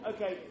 Okay